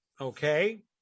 okay